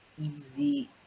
easy